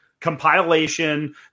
compilation